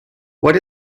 what